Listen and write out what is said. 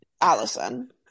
Allison